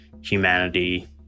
humanity